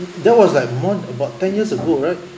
that was like more about ten years ago right